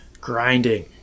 grinding